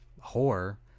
horror